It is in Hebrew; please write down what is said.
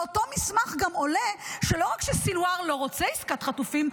מאותו מסמך גם עולה שלא רק שסנוואר לא רוצה עסקת חטופים,